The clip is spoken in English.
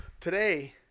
today